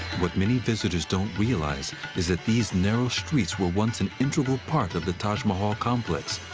what many visitors don't realize is that these narrow streets were once an integral part of the taj mahal complex,